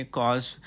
cause